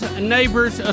neighbors